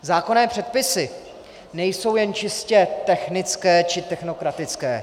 Zákonné předpisy nejsou jen čistě technické či technokratické.